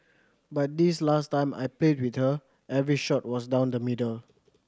but this last time I played with her every shot was down the middle